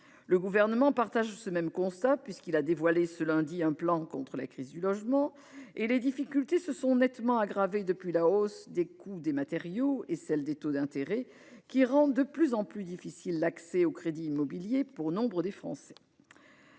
Le Gouvernement partage ce constat : il a dévoilé ce lundi un plan contre la crise du logement. Les difficultés se sont nettement aggravées depuis la hausse des coûts des matériaux et celles des taux d'intérêt, qui rendent de plus en plus difficile l'accès au crédit immobilier pour nombre de Français.